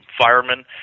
firemen